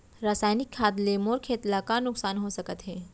रसायनिक खाद ले मोर खेत ला का नुकसान हो सकत हे?